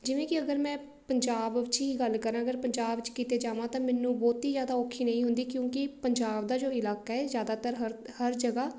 ਜਿਵੇਂ ਕਿ ਅਗਰ ਮੈਂ ਪੰਜਾਬ 'ਚ ਹੀ ਗੱਲ ਕਰਾਂ ਅਗਰ ਪੰਜਾਬ 'ਚ ਕਿਤੇ ਜਾਵਾਂ ਤਾਂ ਮੈਨੂੰ ਬਹੁਤੀ ਜ਼ਿਆਦਾ ਔਖੀ ਨਹੀਂ ਹੁੰਦੀ ਕਿਉਂਕਿ ਪੰਜਾਬ ਦਾ ਜੋ ਇਲਾਕਾ ਹੈ ਜ਼ਿਆਦਾਤਰ ਹਰ ਹਰ ਜਗ੍ਹਾ